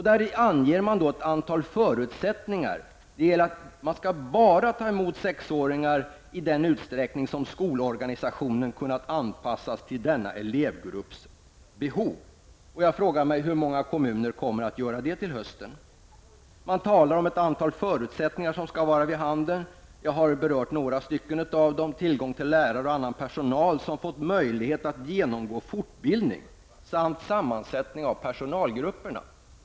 Där anges ett antal förutsättningar. Det gäller bl.a. att bara ta emot sexåringar i den utsträckning som skolorganisationen kan anpassas till denna elevgrupps behov. Jag frågar mig hur många kommuner som kommer att göra det till hösten. Det talas om ett antal förutsättningar som skall vara vid handen. Jag har berört några stycken av dem, t.ex. tillgång till lärare och annan personal som fått möjlighet att genomgå fortbildning samt sammansättningen av personalgrupperna.